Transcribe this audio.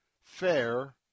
fair